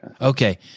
Okay